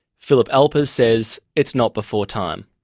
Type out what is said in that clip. philip alpers says it's not before time.